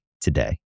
today